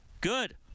Good